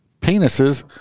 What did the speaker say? penises